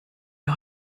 wir